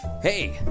Hey